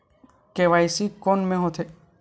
KYC कोन में होथे?